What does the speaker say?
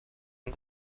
and